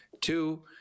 Two